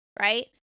right